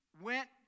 went